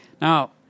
Now